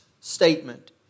statement